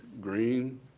green